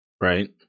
Right